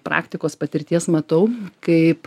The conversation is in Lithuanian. praktikos patirties matau kaip